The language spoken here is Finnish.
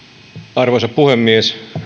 arvoisa puhemies